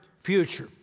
future